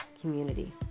community